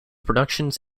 productions